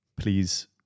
Please